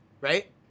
Right